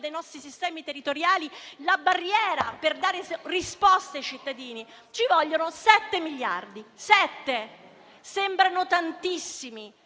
dei nostri sistemi territoriali, la barriera per dare risposte ai cittadini? Ci vogliono 7 miliardi. Sembrano tantissimi,